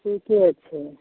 ठिके छै